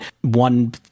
one